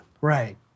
Right